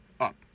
up